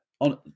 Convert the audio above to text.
on